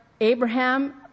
Abraham